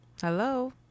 Hello